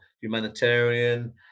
humanitarian